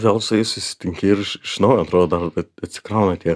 vėl su jais susitinki ir iš iš naujo atrodo kad atsikrauna tie